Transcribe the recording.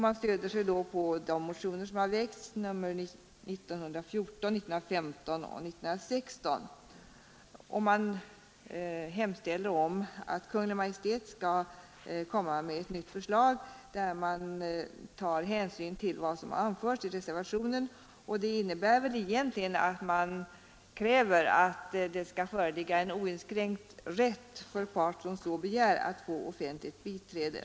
Man stöder sig därvid på de motioner, nr 1914, 1915 och 1916, som har väckts, och hemställer hos Kungl. Maj:t om ett nytt förslag, där hänsyn skall tas till vad som har anförts i reservationen. Det innebär egentligen att man kräver att det skall föreligga oinskränkt rätt för part som så begär att få offentligt biträde.